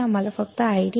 आम्हाला फक्त या ID